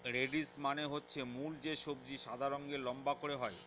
radish মানে হচ্ছে মূল যে সবজি সাদা রঙের লম্বা করে হয়